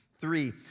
Three